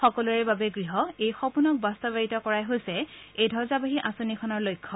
সকলোৰে বাবে গৃহ এই সপোনক বাস্তবায়িত কৰাই হৈছে এই ধ্বজাবাহী আচনিখনৰ লক্ষ্য